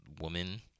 woman